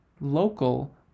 local